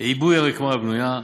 עיבוי הרקמה הבנויה,